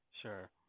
Sure